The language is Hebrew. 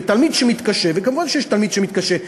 ותלמיד שמתקשה וכמובן יש תלמיד שמתקשה,